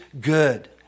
good